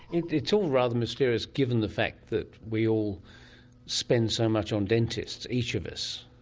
it's all rather mysterious given the fact that we all spend so much on dentists, each of us,